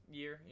year